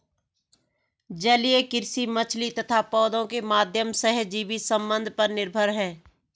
जलीय कृषि मछली तथा पौधों के माध्यम सहजीवी संबंध पर निर्भर है